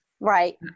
Right